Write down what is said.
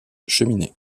cheminées